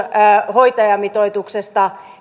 hoitajamitoituksesta